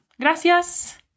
gracias